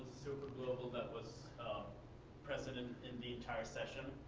superglobal that was president in the entire session.